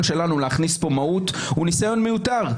שלנו להכניס כאן מהות הוא ניסיון מיותר.